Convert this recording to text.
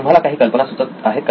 तुम्हाला काही कल्पना सुचत आहेत का